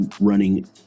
running